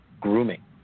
grooming